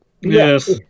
Yes